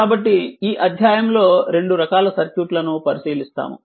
కాబట్టి ఈ అధ్యాయంలో రెండు రకాల సర్క్యూట్ లను పరిశీలిస్తాము